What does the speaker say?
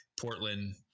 portland